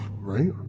right